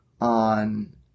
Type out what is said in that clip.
on